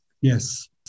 Yes